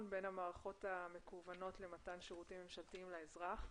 בין המערכות המקוונות למתן שירותים ממשלתיים לאזרח.